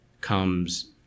comes